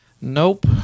Nope